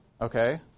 Okay